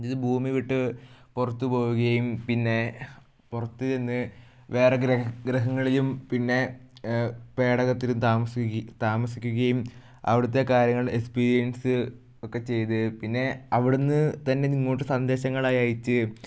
ഇത് ഭൂമി വിട്ട് പുറത്ത് പോകുകയും പിന്നെ പുറത്ത് ചെന്ന് വേറെ ഗ്രഹങ്ങളിലും പിന്നെ പേടകത്തിലും താമസിക്കു താമസിക്കുകയും അവിടുത്തെ കാര്യങ്ങൾ എക്സ്പീരിയൻസ് ഒക്കെ ചെയ്ത് പിന്നെ അവിടുന്ന് തന്നെ ഇങ്ങോട്ട് സന്ദേശങ്ങളയച്ച്